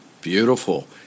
Beautiful